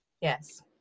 Yes